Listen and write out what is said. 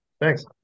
Thanks